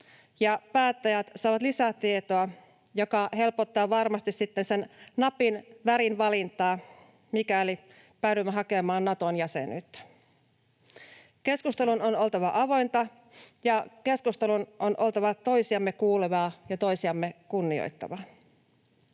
päättäjät saavat lisätietoa, joka helpottaa varmasti sitten sen napin värin valintaa, mikäli päädymme hakemaan Naton jäsenyyttä. Keskustelun on oltava avointa, ja keskustelun on oltava toisiamme kuulevaa ja toisiamme kunnioittavaa.